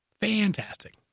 Fantastic